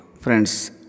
Friends